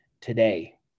today